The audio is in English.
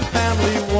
family